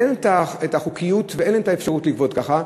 אין החוקיות ואין האפשרות לגבות כך.